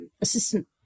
assistant